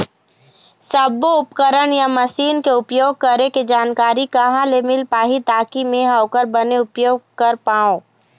सब्बो उपकरण या मशीन के उपयोग करें के जानकारी कहा ले मील पाही ताकि मे हा ओकर बने उपयोग कर पाओ?